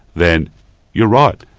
then you're right,